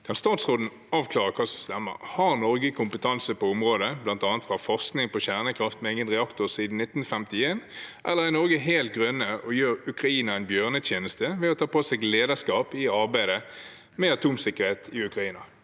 Kan statsråden avklare hva som stemmer – har Norge kompetanse på området, blant annet fra forskning på kjernekraft med egen reaktor siden 1951, eller er Norge helt grønne og gjør Ukraina en bjørnetjeneste ved å ta på seg lederskap i arbeidet med atomsikkerhet i Ukraina?»